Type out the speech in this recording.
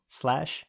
slash